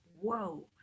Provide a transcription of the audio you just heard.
whoa